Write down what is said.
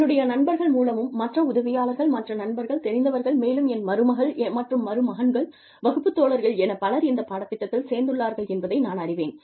என்னுடைய நண்பர்கள் மூலமும் மற்ற உதவியாளர்கள் மற்ற நண்பர்கள் தெரிந்தவர்கள் மேலும் என் மருமகள் மற்றும் மருமகன்கள் வகுப்பு தோழர்கள் எனப் பலர் இந்த பாடத்திட்டத்தில் சேர்ந்துள்ளார்கள் என்பதை நான் அறிவேன்